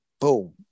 boom